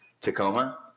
Tacoma